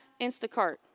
Instacart